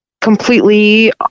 completely